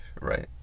right